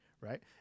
right